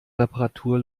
reparatur